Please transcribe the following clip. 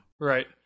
Right